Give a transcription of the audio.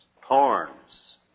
Horns